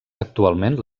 actualment